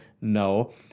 No